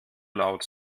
laut